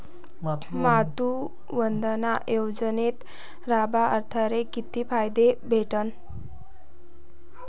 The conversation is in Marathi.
मातृवंदना योजनेत लाभार्थ्याले किती फायदा भेटन?